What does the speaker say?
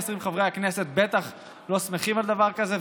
חברי הכנסת בטח לא שמחים על דבר כזה.